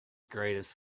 greatest